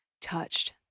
touched